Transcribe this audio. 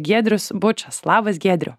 giedrius bučas labas giedriau